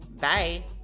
bye